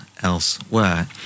elsewhere